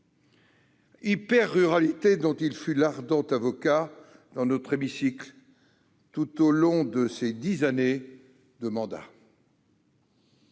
Loire. Il en fut l'ardent avocat dans notre hémicycle tout au long de ses dix années de mandat.